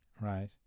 Right